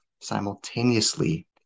Simultaneously